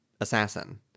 assassin